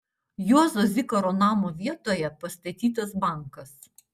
juozo zikaro namo vietoje pastatytas bankas